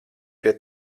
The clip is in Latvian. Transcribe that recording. pie